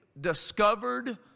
discovered